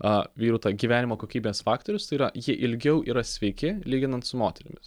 a vyrų gyvenimo kokybės faktorius tai yra jie ilgiau yra sveiki lyginant su moterimis